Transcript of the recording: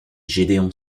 gédéon